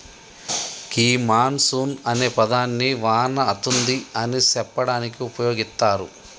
గీ monsoon అనే పదాన్ని వాన అతుంది అని సెప్పడానికి ఉపయోగిత్తారు